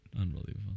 Unbelievable